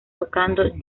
tocando